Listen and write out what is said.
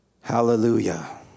Hallelujah